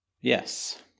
Yes